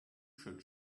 should